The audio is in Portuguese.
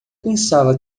pensava